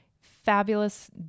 Fabulous